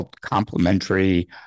complementary